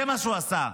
זה מה שהוא עשה.